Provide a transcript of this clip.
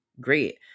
great